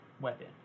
weapon